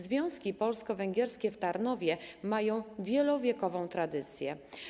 Związki polsko-węgierskie w Tarnowie mają wielowiekową tradycję.